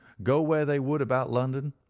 go where they would about london,